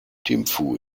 thimphu